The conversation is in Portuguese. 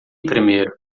primeiro